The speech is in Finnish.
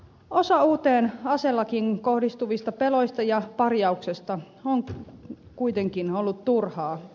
osa uuteen aselakiin kohdistuvista peloista ja parjauksesta on kuitenkin ollut turhaa